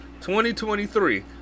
2023